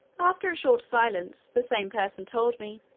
after a short silence, the same person told me,